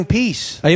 peace